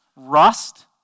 rust